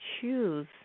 choose